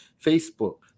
Facebook